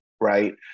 right